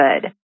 good